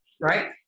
right